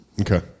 Okay